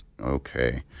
Okay